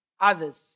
others